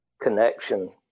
connection